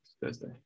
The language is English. Thursday